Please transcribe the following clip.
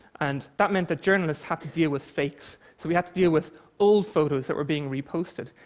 and that meant that journalists had to deal with fakes, so we had to deal with old photos that were being reposted.